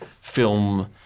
film